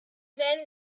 then